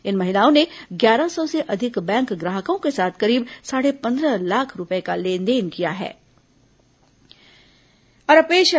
इन महिलाओं ने ग्यारह सौ से अधिक बैंक ग्राहकों के साथ करीब साढ़े पंद्रह लाख रूपये का लेनदेन किया है